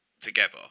together